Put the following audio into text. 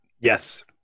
Yes